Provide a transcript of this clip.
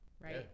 right